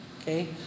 Okay